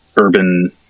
urban